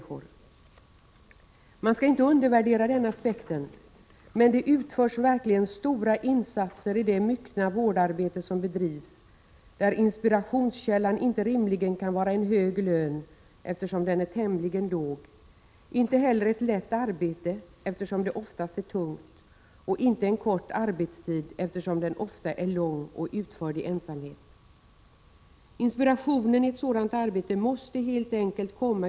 Kommunerna driver sedan flera år ett omfattande utvecklingsarbete i syfte att förbättra äldreoch handikappomsorgerna, och regeringen beviljar sedan den 1 juli 1984 medel till utvecklingsoch förnyelsearbete inom hemtjänsten. Ca 300 projekt har fått ekonomiskt stöd.